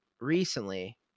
recently